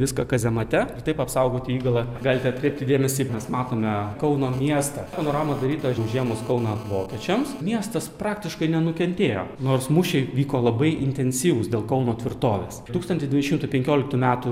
viską kazemate ir taip apsaugoti įgulą galite atkreipti dėmesį mes matome kauno miestą panorama daryta užėmus kauną vokiečiams miestas praktiškai nenukentėjo nors mūšiai vyko labai intensyvūs dėl kauno tvirtovės tūkstantis devyni šimtai penkioliktų metų